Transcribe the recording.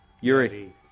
Yuri